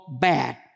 bad